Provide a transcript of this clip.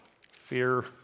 fear